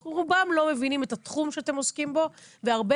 רובם לא מבינים את התחום שאתם עוסקים בו והרבה